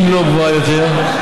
אם לא גבוהה יותר.